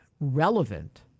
relevant